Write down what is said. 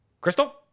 Crystal